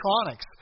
electronics